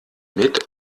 mit